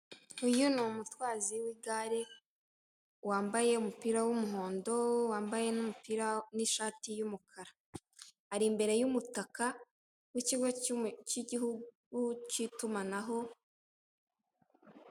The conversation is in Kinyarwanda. Uyu ni umutwazi w'igare, wambaye umupira w'umuhondo, wambaye n'umupira n'ishati y'umukara. Ari imbere y'umutaka n'ikigo cy'igihugu cy'itumanaho.